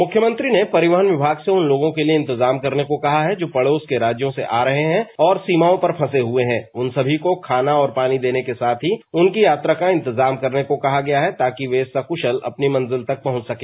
मुख्यमंत्री ने परिवहन विभाग से उन लोगों के लिए इंतजाम करने को कहा है जो पड़ोस के राज्यों से आ रहे हैं और सीमाओं पर फंसे हुए हैं उन सभी को खाना और पानी देने के साथ ही उनकी यात्रा का इंतजाम करने को कहा गया है ताकि वे सकुशल अपनी मंजिल तक पहुंच सके